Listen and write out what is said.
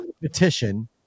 petition